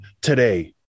today